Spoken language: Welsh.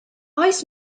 oes